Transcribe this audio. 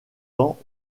ans